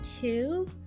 two